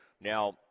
Now